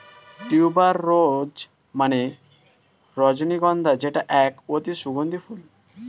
tuber rose মানে রজনীগন্ধা যেটা এক অতি সুগন্ধি ফুল